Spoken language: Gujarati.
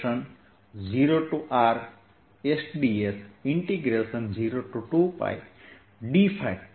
2π2πRh થશે જે એક પરિચિત પરિણામ છે